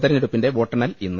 തെരഞ്ഞെടുപ്പിന്റെ വോട്ടെണ്ണൽ ഇന്ന്